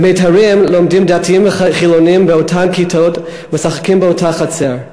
ב"מיתרים" לומדים דתיים וחילונים באותן כיתות ומשחקים באותה חצר,